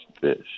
fish